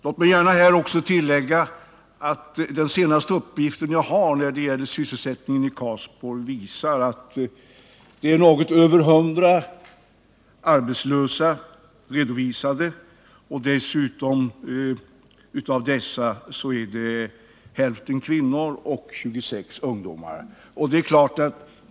Låt mig också tillägga att den senaste uppgiften som jag har beträffande sysselsättningen i Karlsborg visar att det är något över 100 arbetslösa redovisade, varav hälften kvinnor och 26 ungdomar.